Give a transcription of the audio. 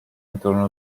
intorno